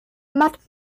matt